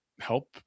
help